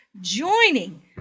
joining